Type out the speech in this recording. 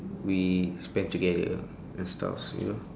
we spend together and stuff you know